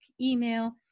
email